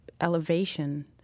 elevation